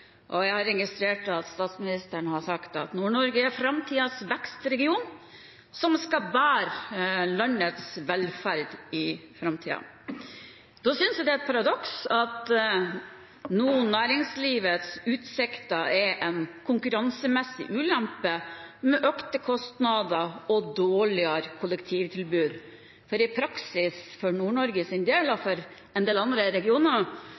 sagt at Nord-Norge er framtidens vekstregion, som skal bære landets velferd i framtiden. Det synes jeg er et paradoks nå når næringslivets utsikter er en konkurransemessig ulempe, med økte kostnader og dårligere kollektivtilbud, for i praksis er flytilbudet for Nord-Norges del og for en del andre